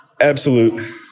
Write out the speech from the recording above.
absolute